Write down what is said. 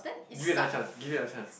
give it another chance give it another chance